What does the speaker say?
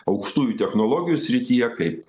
aukštųjų technologijų srityje kaip